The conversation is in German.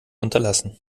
unterlassen